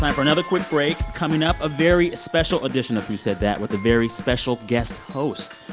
like for another quick break. coming up, a very special edition of who said that with a very special guest host.